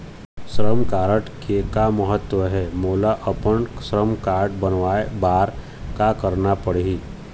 श्रम कारड के का महत्व हे, मोला अपन श्रम कारड बनवाए बार का करना पढ़ही?